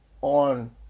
on